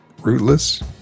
rootless